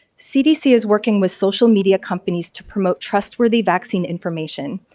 cdc is working with social media companies to promote trustworthy vaccine information.